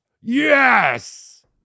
yes